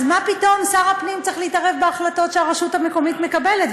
אז מה פתאום שר הפנים צריך להתערב בהחלטות שהרשות המקומית מקבלת?